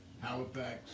Halifax